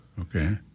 Okay